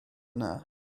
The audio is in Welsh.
yna